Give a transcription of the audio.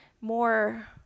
more